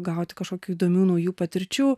gauti kažkokių įdomių naujų patirčių